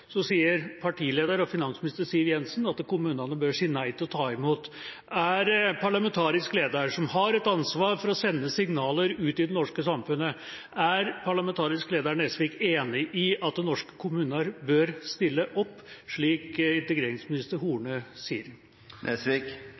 Så sier partileder og finansminister Siv Jensen at kommunene bør si nei til å ta imot. Er parlamentarisk leder, som har et ansvar for å sende signaler ut i det norske samfunnet, enig i at norske kommuner bør stille opp, slik integreringsminister Horne